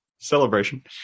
Celebration